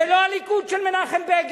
זה לא הליכוד של מנחם בגין.